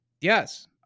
Yes